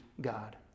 God